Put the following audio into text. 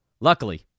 Luckily